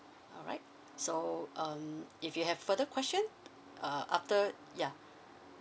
alright so um if you have further question err after ya